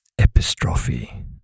Epistrophe